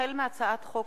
החל בהצעת חוק